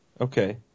Okay